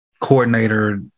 coordinator